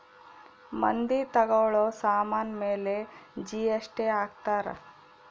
ಮಂದಿ ತಗೋಳೋ ಸಾಮನ್ ಮೇಲೆ ಜಿ.ಎಸ್.ಟಿ ಹಾಕ್ತಾರ್